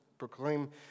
Proclaim